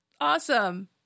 awesome